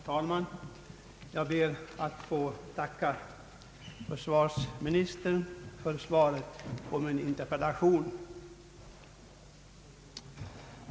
Herr talman! Jag ber att få tacka försvarsministern för svaret på min interpellation.